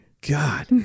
God